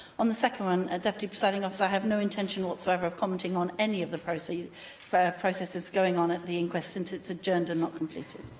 on the second one, deputy presiding officer, i have no intention whatsoever of commenting on any of the processes the processes going on at the inquest, since it's adjourned and not completed.